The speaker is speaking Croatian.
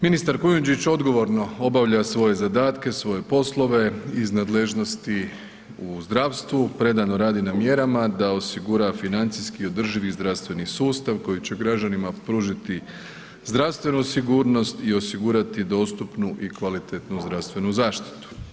Ministar Kujundžić odgovorno obavlja svoje zadatke, svoje poslove iz nadležnosti u zdravstvu, predano radi na mjerama da osigura financijski održivi zdravstveni sustav koji će građanima pružiti zdravstvenu sigurnost i osigurati dostupnu i kvalitetnu zdravstvenu zaštitu.